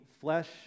flesh